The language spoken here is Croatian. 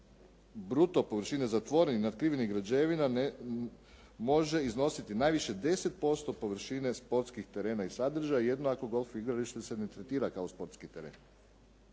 bruto površina zatvorenih, natkrivenih građevina može iznositi najviše 10% površine sportskih terena i sadržaja jedino ako golf igralište se ne tretira kao sportski teren.